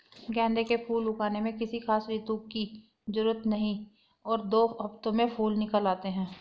गेंदे के फूल उगाने में किसी खास ऋतू की जरूरत नहीं और दो हफ्तों में फूल निकल आते हैं